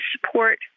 support